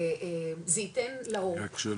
זה ייתן --- אני רק שואל,